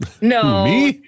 no